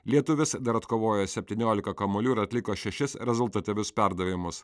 lietuvis dar atkovojo septyniolika kamuolių ir atliko šešis rezultatyvius perdavimus